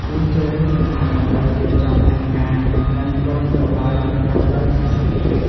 នេះជារឿងសំខាន់ដើម្បីរៀបចំផែនការ និងគោលនយោបាយប្រកបដោយប្រសិទ្ធភាព។